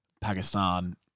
Pakistan